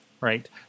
Right